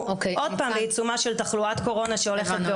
ליישם לפחות חלקים